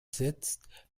setzt